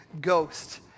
Ghost